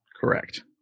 Correct